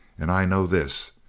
and i know this,